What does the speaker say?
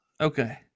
Okay